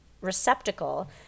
receptacle